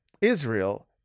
Israel